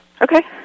Okay